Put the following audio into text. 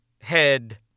head